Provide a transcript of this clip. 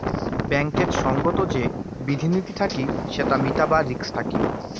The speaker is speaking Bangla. ব্যাঙ্কেত সঙ্গত যে বিধি নীতি থাকি সেটা মিটাবার রিস্ক থাকি